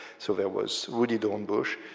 so there was woody dornbush,